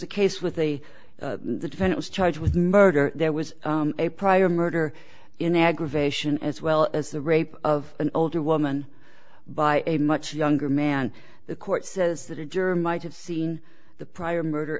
a case with the the defense was charged with murder there was a prior murder in aggravation as well as the rape of an older woman by a much younger man the court says that a juror might have seen the prior murder